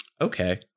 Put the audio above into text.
Okay